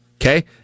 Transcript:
Okay